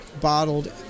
bottled